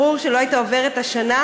ברור שלא הייתה עוברת השנה.